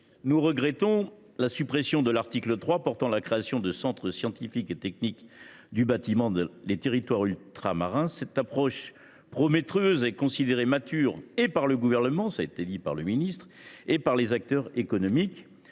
nous regrettons la suppression de l’article 3 portant la création de centres scientifiques et techniques du bâtiment des territoires ultramarins. Cette approche prometteuse est considérée comme aboutie par le Gouvernement – M. le ministre d’État l’a indiqué –, ainsi que par les acteurs économiques.